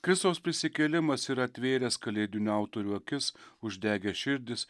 kristaus prisikėlimas yra atvėręs kalėdinių autorių akis uždegęs širdis